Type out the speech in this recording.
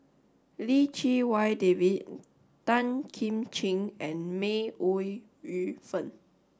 Lim Chee Wai David Tan Kim Ching and May Ooi Yu Fen